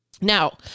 Now